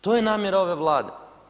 To je namjera ove Vlade.